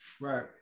Right